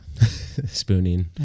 Spooning